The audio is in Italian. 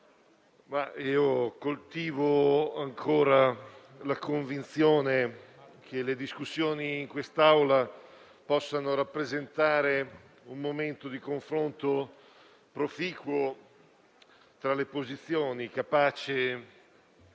coltivo ancora la convinzione che le discussioni svolte in quest'Assemblea possano rappresentare un momento di confronto proficuo tra le posizioni, capace